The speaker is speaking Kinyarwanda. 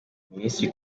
minisitiri